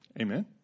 Amen